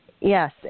Yes